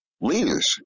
leaders